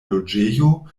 loĝejo